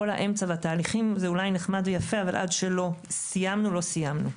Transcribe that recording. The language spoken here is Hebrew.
כול האמצע והתהליכים זה אולי נחמד ויפה אבל עד שלא סיימנו לא סיימנו.